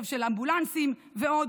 אמבולנסים ועוד.